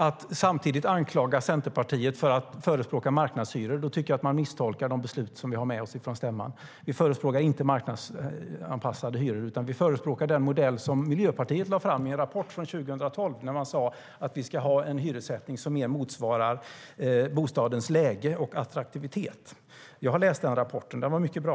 Att samtidigt anklaga Centerpartiet för att förespråka marknadshyror tycker jag är att misstolka de beslut vi har med oss från stämman. Vi förespråkar inte marknadsanpassade hyror, utan vi förespråkar den modell Miljöpartiet lade fram i en rapport från 2012. Där sa man att vi ska ha en hyressättning som bättre motsvarar bostadens läge och attraktivitet. Jag har läst rapporten; den var mycket bra.